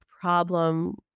problem